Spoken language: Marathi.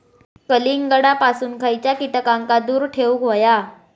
कलिंगडापासून खयच्या कीटकांका दूर ठेवूक व्हया?